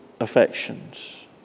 affections